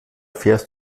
fährst